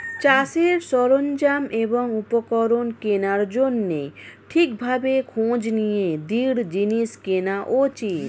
চাষের সরঞ্জাম এবং উপকরণ কেনার জন্যে ঠিক ভাবে খোঁজ নিয়ে দৃঢ় জিনিস কেনা উচিত